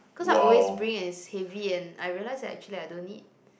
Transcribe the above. cause I always bring and it's heavy and I realised that actually I don't need